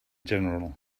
general